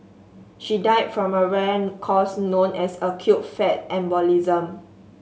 she died from a rare cause known as acute fat embolism